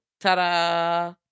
ta-da